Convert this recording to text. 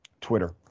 Twitter